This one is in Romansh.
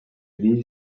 dis